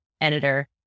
editor